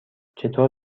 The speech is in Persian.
چطور